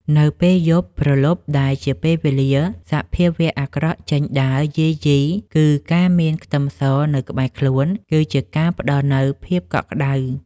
នៅពេលយប់ព្រលប់ដែលជាពេលវេលាសភាវៈអាក្រក់ចេញដើរយាយីគឺការមានខ្ទឹមសនៅក្បែរខ្លួនគឺជាការផ្ដល់នូវភាពកក់ក្តៅ។